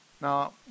Now